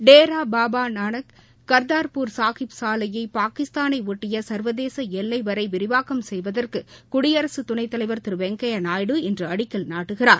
டேரா பாபா நானக் கர்தா்பூர் சாஹிப் சாலையை பாகிஸ்தானை ஒட்டிய சர்வதேச எல்லை வரை விரிவாக்கம் செய்வதற்கு குடியரசுத் துணைத் தலைவர் திரு வெங்கையா நாயுடு இன்று அடிக்கல் நாட்டுகிறார்